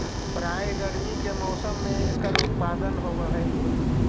प्रायः गर्मी के मौसम में एकर उत्पादन होवअ हई